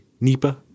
Nipa